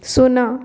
ଶୂନ